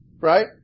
right